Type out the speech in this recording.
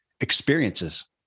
experiences